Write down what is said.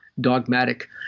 dogmatic